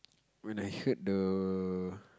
when I heard the